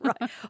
right